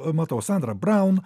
matau sandrą brown